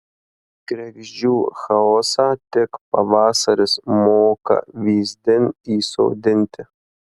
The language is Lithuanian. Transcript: kregždžių chaosą tik pavasaris moka vyzdin įsodinti